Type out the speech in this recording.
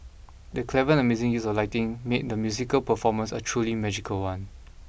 the clever and amazing use of lighting made the musical performance a truly magical one